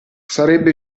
sarebbe